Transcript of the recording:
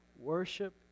Worship